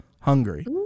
Hungary